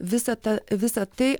visa ta visa tai